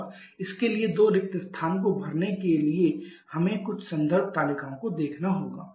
और इसके लिए दो रिक्त स्थान को भरने के लिए हमें कुछ संदर्भ तालिकाओं को देखना होगा